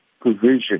provision